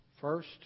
First